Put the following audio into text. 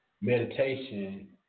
meditation